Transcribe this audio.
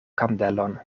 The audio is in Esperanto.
kandelon